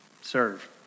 serve